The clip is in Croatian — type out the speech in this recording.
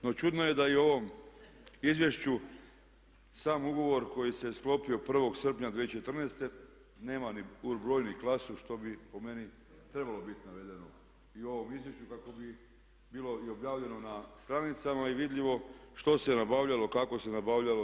No čudno je da je u ovom izvješću sam ugovor koji se sklopio 1. srpnja 2014. nema ni broj ni klasu što bi po meni trebalo biti navedeno i u ovom izvješću kako bi bilo i objavljeno na stranicama i vidljivo što se nabavljalo, kako se nabavljalo.